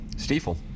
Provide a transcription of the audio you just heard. Stiefel